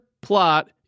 plot